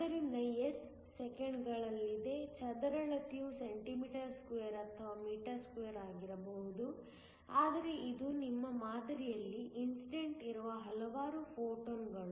ಆದ್ದರಿಂದ s ಸೆಕೆಂಡ್ಗಳಲ್ಲಿದೆ ಚದರಳತೆಯು cm2 ಅಥವಾ m2 ಆಗಿರಬಹುದು ಆದರೆ ಇದು ನಿಮ್ಮ ಮಾದರಿಯಲ್ಲಿ ಇನ್ಸಿಡೆಂಟ್ ಇರುವ ಹಲವಾರು ಫೋಟಾನ್ಗಳು